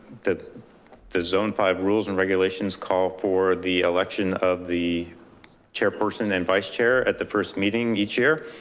the the zone five rules and regulations call for the election of the chairperson and vice chair at the first meeting each year.